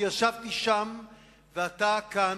כי ישבתי שם ואתה כאן,